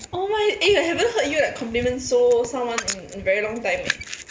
oh my eh I haven't heard you like compliment so someone in a very long time leh